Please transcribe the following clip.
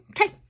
Okay